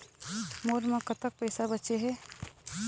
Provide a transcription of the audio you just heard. मोर म कतक पैसा बचे हे?